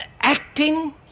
acting